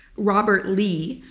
robert lee,